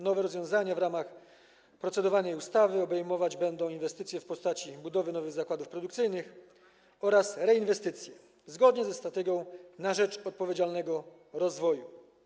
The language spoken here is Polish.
Nowe rozwiązania zawarte w procedowanej ustawie obejmować będą inwestycje w postaci budowy nowych zakładów produkcyjnych oraz reinwestycje, zgodnie ze strategią na rzecz odpowiedzialnego rozwoju.